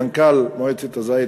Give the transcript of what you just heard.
מנכ"ל מועצת הזית,